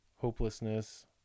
hopelessness